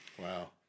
Wow